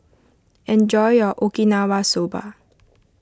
enjoy your Okinawa Soba